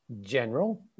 general